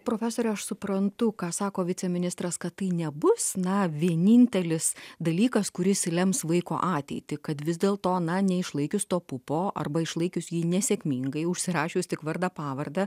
profesoriau aš suprantu ką sako viceministras kad tai nebus na vienintelis dalykas kuris lems vaiko ateitį kad vis dėl to na neišlaikius to pupo arba išlaikius jį nesėkmingai užsirašius tik vardą pavardę